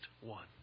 one